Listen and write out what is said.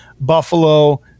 Buffalo